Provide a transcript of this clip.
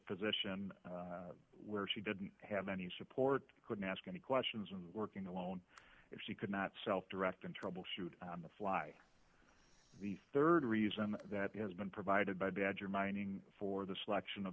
position where she didn't have any support couldn't ask any questions of working alone if she could not self directed troubleshoot on the fly the rd reason that has been provided by badger mining for the selection of